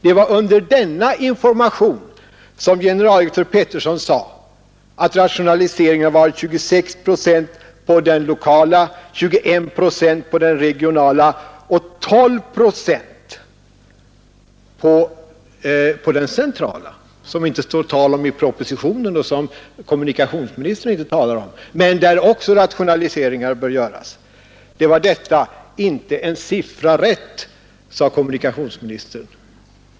Det var vid denna information som generaldirektör Peterson sade att rationaliseringen var 26 procent på det lokala, 21 procent på det regionala och 12 procent på det centrala planet — som det inte står något om i propositionen och som kommunikationsministern inte talar om, men där också rationaliseringar bör göras. Det var detta. Inte en siffra rätt, sade kommunikationsministern.